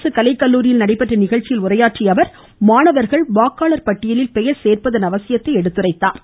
அரசுக் கலைக் கல்லூரியில் நடைபெற்ற நிகழ்ச்சியில் உரையாற்றிய அவர் மாணவர்கள் வாக்காளர் பட்டியலில் பெயர் சேர்ப்பதன் அவசியத்தை எடுத்துரைத்தார்